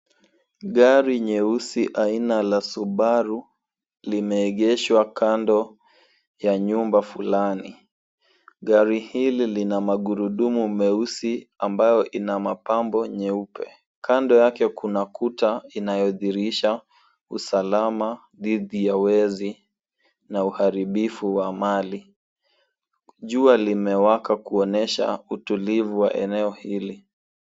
Gari nyeusi aina la Subaru limeegeshwa kando ya nyumba fulani. Gari hili lina magurudumu meusi ambayo ina mapambo nyeupe. Kando yake kuna ukuta inayodhihirisha usalama dhidi ya wezi na uharibifu wa mali. Jua limewaka kuonyesha utulivu wa eneo hili.